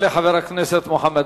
תודה לחבר הכנסת מוחמד